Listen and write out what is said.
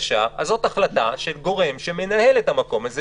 זאת החלטה של גורם שמנהל את המקום הזה,